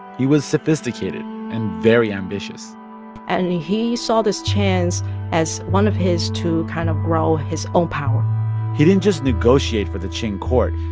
he was sophisticated and very ambitious and he he saw this chance as one of his to kind of grow his own power he didn't just negotiate for the qing court,